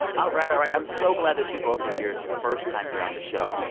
all right. all right. i'm so glad that you both are here. it's your first time here on the show.